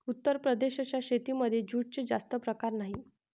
उत्तर प्रदेशाच्या शेतीमध्ये जूटचे जास्त प्रकार नाही